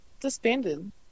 disbanded